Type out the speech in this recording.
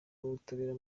n’ubutabera